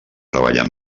treballar